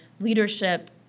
leadership